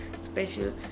special